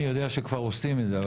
אני יודע שכבר עושים את זה,